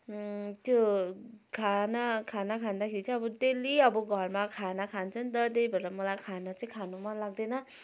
त्यो खाना खाना खाँदाखेरि चाहिँ अब डेली अब घरमा खाना खान्छ नि त त्यही भएर मलाई खाना चाहिँ खानु मन लाग्दैन